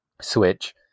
switch